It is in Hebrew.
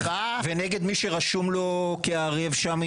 לוקח הלוואה --- ונגד מי שרשום לו כערב שם,